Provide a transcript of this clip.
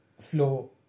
flow